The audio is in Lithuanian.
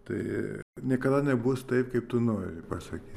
tai niekada nebus taip kaip tu nori pasakyti